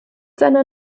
seiner